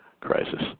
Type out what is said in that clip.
crisis